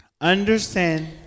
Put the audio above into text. Understand